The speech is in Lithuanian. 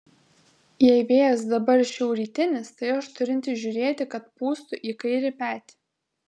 jei vėjas dabar šiaurrytinis tai aš turintis žiūrėti kad pūstų į kairį petį